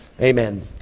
Amen